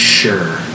sure